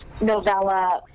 novella